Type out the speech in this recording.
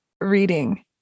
reading